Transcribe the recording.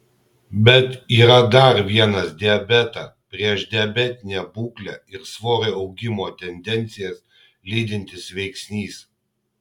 bet yra dar vienas diabetą priešdiabetinę būklę ir svorio augimo tendencijas lydintis veiksnys